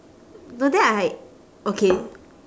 today I like okay